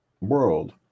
world